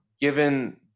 given –